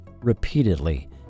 Repeatedly